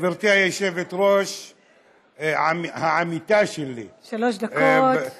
גברתי היושבת-ראש, העמיתה שלי, שלוש דקות לרשותך.